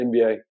NBA